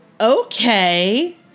Okay